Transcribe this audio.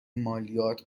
مالیات